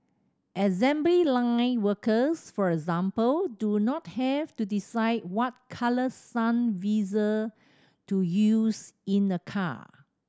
assembly line workers for example do not have to decide what colour sun visor to use in a car